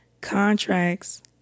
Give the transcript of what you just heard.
contracts